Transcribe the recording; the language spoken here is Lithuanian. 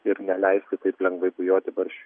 ir neleisti taip lengvai bujoti barščiui